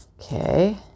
okay